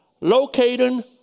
locating